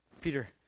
Peter